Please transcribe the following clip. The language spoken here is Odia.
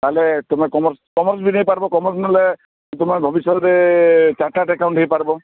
ତାହାଲେ ତୁମେ କମର୍ସ କମର୍ସ ବି ନେଇପାରିବ କମର୍ସ ନେଲେ ତୁମେ ଭବିଷ୍ୟତରେ ଚାଟାର୍ଡ଼ ଆକାଉଣ୍ଟ୍ ହୋଇପାରିବ